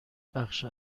بخش